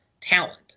talent